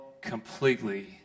completely